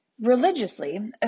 Religiously